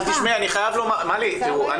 אני חייב לומר, אני יודע